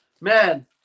Man